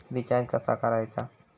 Recharge कसा करायचा?